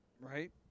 right